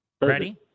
Ready